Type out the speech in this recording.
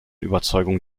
überzeugung